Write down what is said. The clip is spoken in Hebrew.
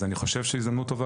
אז אני חושב שזהו הזדמנות טובה,